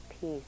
peace